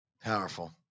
Powerful